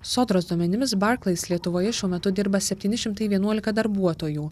sodros duomenimis barklais lietuvoje šiuo metu dirba septyni šimtai vienuolika darbuotojų